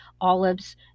olives